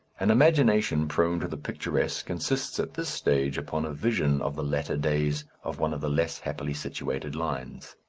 an imagination prone to the picturesque insists at this stage upon a vision of the latter days of one of the less happily situated lines.